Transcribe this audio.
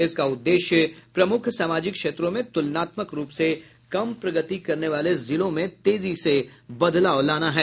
इसका उद्देश्य प्रमुख सामाजिक क्षेत्रों में तुलनात्मक रुप से कम प्रगति करने वाले जिलों में तेजी से बदलाव लाना है